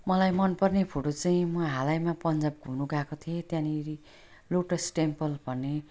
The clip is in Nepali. मलाई मन पर्ने फोटो चाहिँ म हालैमा पन्जाब घुम्नु गएको थिएँ त्यहाँनेरि लोटस टेम्पल भन्ने